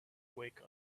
wake